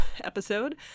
episode